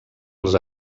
els